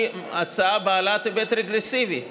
היא הצעה בעלת היבט רגרסיבי.